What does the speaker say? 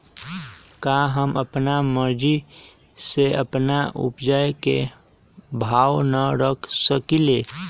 का हम अपना मर्जी से अपना उपज के भाव न रख सकींले?